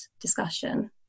discussion